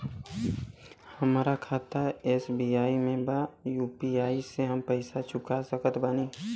हमारा खाता एस.बी.आई में बा यू.पी.आई से हम पैसा चुका सकत बानी?